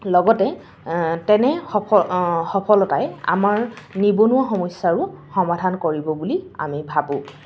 লগতে তেনে সফলতাই আমাৰ নিবনুৱা সমস্যাৰো সমাধান কৰিব বুলি আমি ভাবোঁ